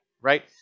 Right